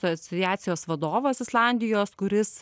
asociacijos vadovas islandijos kuris